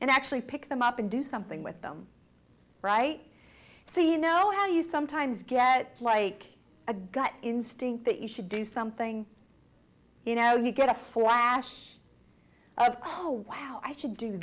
and actually pick them up and do something with them right so you know how you sometimes get like a gut instinct that you should do something you know you get a flash of oh wow i should do